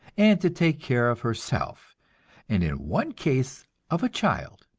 and to take care of herself, and in one case of a child.